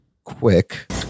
quick